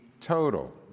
total